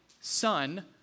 Son